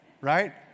Right